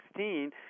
2016